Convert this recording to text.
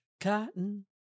Cotton